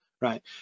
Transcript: Right